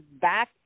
back